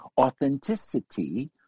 Authenticity